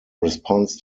responds